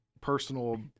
personal